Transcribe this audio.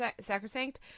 sacrosanct